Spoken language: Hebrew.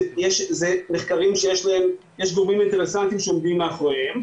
אלה מחקרים שיש גורמים אינטרסנטיים שעומדים מאחריהם,